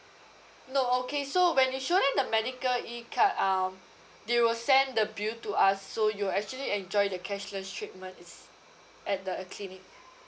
no okay so when you show them the medical E card um they will send the bill to us so you'll actually enjoy the cashless treatments at the clinic